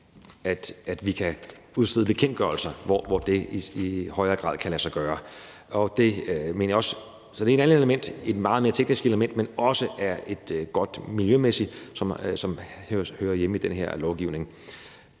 at vi kan udstede bekendtgørelser, hvor det i højere grad kan lade sig gøre. Det er et andet og meget mere teknisk element, men det er også godt miljømæssigt og hører hjemme i den her lovgivning.